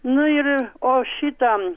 nu ir o šita